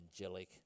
angelic